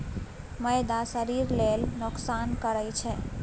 मैदा शरीर लेल नोकसान करइ छै